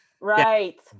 right